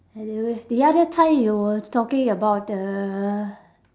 anyways the other time you were talking about the